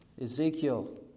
Ezekiel